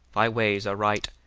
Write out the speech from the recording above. thy ways are right,